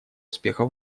успеха